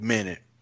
Minute